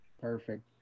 perfect